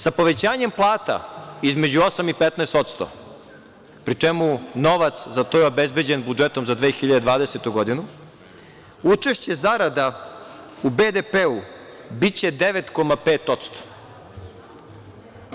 Sa povećanjem plata između 8% i 15%, pri čemu novac za to je obezbeđen budžetom za 2020. godinu, učešće zarada u BDP biće 9,5%